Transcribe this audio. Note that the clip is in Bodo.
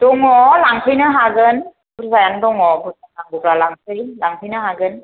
दङ लांफैनो हागोन बुरजायानो दङ बुरजा नांगौबा लांफै लांफैनो हागोन